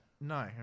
No